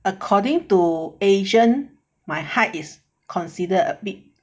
according to asian my height is considered a bit